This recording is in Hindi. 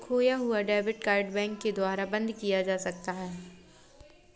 खोया हुआ डेबिट कार्ड बैंक के द्वारा बंद किया जा सकता है